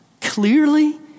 clearly